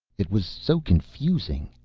it was so confusing.